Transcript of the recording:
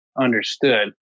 understood